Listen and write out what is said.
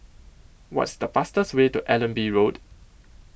What IS The fastest Way to Allenby Road